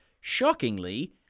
shockingly